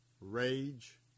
rage